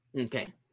Okay